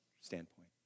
standpoint